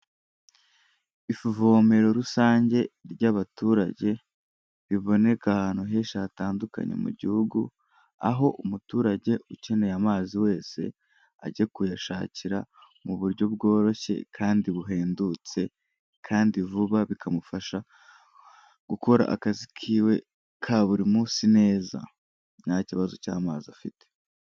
Ivomero rusange ry'abaturage riboneka ahantu henshi hatandukanye mu gihugu, aho umuturage ukeneye amazi wese ajya kuyashakira mu buryo bworoshye kandi buhendutse kandi vuba bikamufasha gukora akazi kiwe ka buri munsi neza, nta kibazo cy'amazi afite.